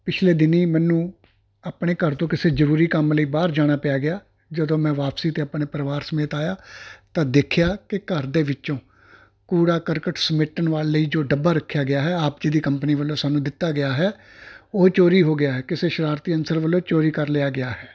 ਪਿਛਲੇ ਦਿਨੀਂ ਮੈਨੂੰ ਆਪਣੇ ਘਰ ਤੋਂ ਕਿਸੇ ਜ਼ਰੂਰੀ ਕੰਮ ਲਈ ਬਾਹਰ ਜਾਣਾ ਪੈ ਗਿਆ ਜਦੋਂ ਮੈਂ ਵਾਪਸੀ 'ਤੇ ਆਪਣੇ ਪਰਿਵਾਰ ਸਮੇਤ ਆਇਆ ਤਾਂ ਦੇਖਿਆ ਕਿ ਘਰ ਦੇ ਵਿੱਚੋਂ ਕੂੜਾ ਕਰਕਟ ਸਮੇਟਣ ਵਾਲੇ ਜੋ ਡੱਬਾ ਰੱਖਇਆ ਗਿਆ ਹੈ ਆਪ ਜੀ ਦੀ ਕੰਪਨੀ ਵੱਲੋਂ ਸਾਨੂੰ ਦਿੱਤਾ ਗਿਆ ਹੈ ਉਹ ਚੋਰੀ ਹੋ ਗਿਆ ਹੈ ਕਿਸੇ ਸ਼ਰਾਰਤੀ ਅਨਸਰ ਵੱਲੋਂ ਚੋਰੀ ਕਰ ਲਿਆ ਗਿਆ ਹੈ